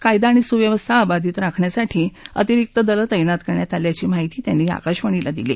कायदा आणि सुव्यवस्था अबाधित राखण्यासाठी अतिरिक दलं तैनात करण्यात आल्याची माहिती त्यांनी आकाशवाणीला दिली